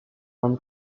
l’inde